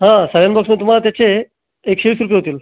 हां सायनपासून तुम्हाला त्याचे एकशे वीस रुपये होतील